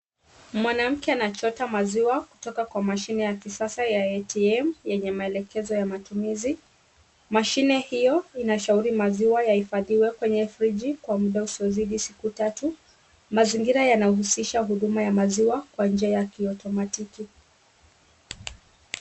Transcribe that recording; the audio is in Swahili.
Mwanamke anachota maziwa kutoka kwa mashine ya kisasa ya ATM yenye maelekezo ya matumizi. Mashine hiyo inashauri maziwa yahifadhiwe kwenye friji kwa muda usiozidi siku tatu. Mazingira yanahusisha huduma ya maziwa kwa njia ya kiotomatiki.